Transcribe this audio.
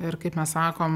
ir kaip mes sakom